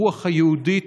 הרוח היהודית,